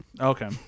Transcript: Okay